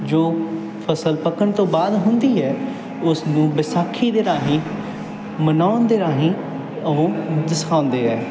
ਜੋ ਫਸਲ ਪੱਕਣ ਤੋਂ ਬਾਅਦ ਹੁੰਦੀ ਹੈ ਉਸ ਨੂੰ ਵਿਸਾਖੀ ਦੇ ਰਾਹੀਂ ਮਨਾਉਣ ਦੇ ਰਾਹੀਂ ਉਹ ਹੈ